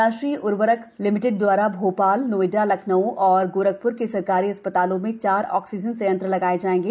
राष्ट्रीय उर्वरक लिमिटेड दवारा भोपाल नोएडा लखनऊ और गोरखपुर के सरकारी अस्पतालों में चार ऑक्सीजन संयंत्र लगाये जायेंगे